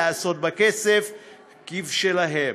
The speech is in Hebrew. לעשות בכסף כבשלהם.